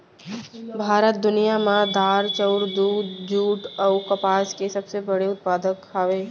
भारत दुनिया मा दार, चाउर, दूध, जुट अऊ कपास के सबसे बड़े उत्पादक हवे